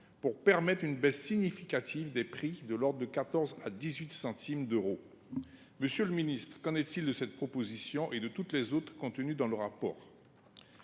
pour permettre une baisse significative des prix, de l’ordre de 14 centimes d’euro à 18 centimes d’euro. Monsieur le ministre, qu’en est il de cette proposition et de toutes les autres qui sont contenues dans ce rapport ?